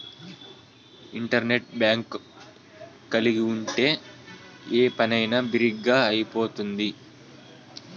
internet bank కలిగి ఉంటే ఏ పనైనా బిరిగ్గా అయిపోతుంది